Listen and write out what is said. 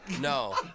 No